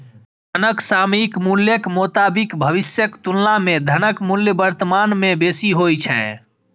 धनक सामयिक मूल्यक मोताबिक भविष्यक तुलना मे धनक मूल्य वर्तमान मे बेसी होइ छै